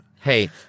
Hey